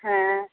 हँ